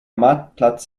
marktplatz